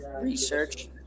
research